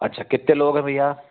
अच्छा कितने लोग है भैया